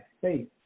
faith